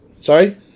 Sorry